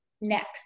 next